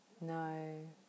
no